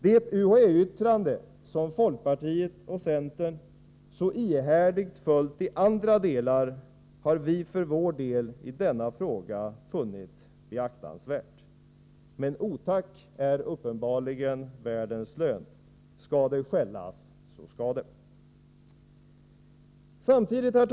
Det UHÄ-yttrande som folkpartiet och centern så ihärdigt följt i andra delar har vi för vår del i denna fråga funnit beaktansvärt. Men otack är uppenbarligen världens lön — skall det skällas så skall det. Herr talman!